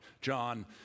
John